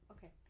Okay